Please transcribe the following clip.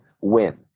win